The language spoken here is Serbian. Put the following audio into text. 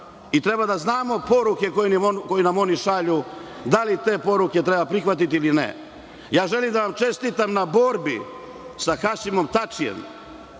Treba da znamo poruke koje nam oni šalju, da li te poruke treba prihvatiti ili ne. Želim da vam čestitam na borbi sa Hašimom Tačijem.